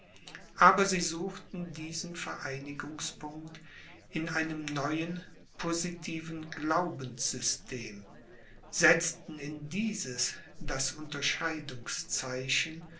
aber sie suchten diesen vereinigungspunkt in einem neuen positiven glaubenssystem setzten in dieses das unterscheidungszeichen